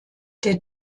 der